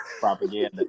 propaganda